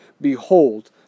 Behold